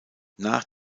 nach